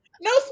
No